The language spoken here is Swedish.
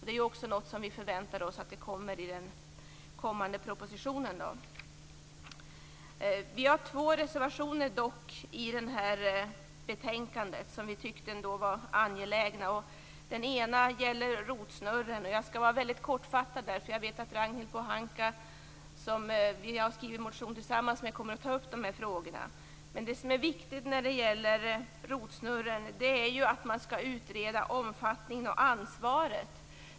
Det är också något som vi förväntar oss skall föreslås i den kommande propositionen. Vi har dock två reservationer i betänkandet som vi tycker är angelägna. Den ena gäller rotsnurren. Jag skall fatta mig kort för jag vet att Ragnhild Pohanka, som vi har skrivit motion tillsammans med, kommer att ta upp frågan. Det som är viktigt när det gäller rotsnurren är att man utreder omfattningen och ansvaret.